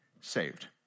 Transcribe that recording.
saved